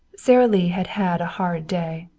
sara lee had had a hard day.